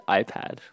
iPad